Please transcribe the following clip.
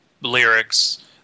lyrics